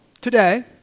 today